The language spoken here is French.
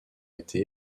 été